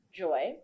joy